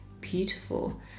beautiful